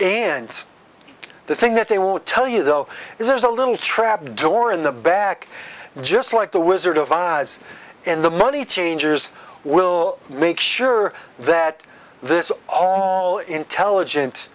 and the thing that they won't tell you though is there's a little trap door in the back just like the wizard of oz and the money changers will make sure that this all intelligent